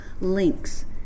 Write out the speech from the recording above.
links